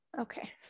okay